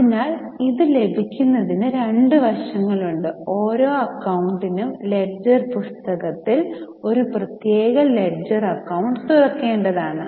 അതിനാൽ ഇത് ലഭിക്കുന്നതിന് രണ്ട് വശങ്ങളുണ്ട് ഓരോ അക്കൌണ്ടിനും ലെഡ്ജർ പുസ്തകത്തിൽ ഒരു പ്രത്യേക ലെഡ്ജർ അക്കൌണ്ട് തുറക്കേണ്ടതുണ്ട്